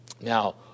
Now